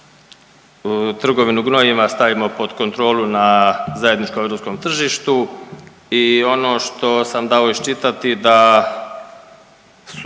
da trgovinu gnojiva stavimo pod kontrolu na zajedničkom europskom tržištu i ono što sam dao iščitati da su